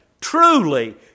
Truly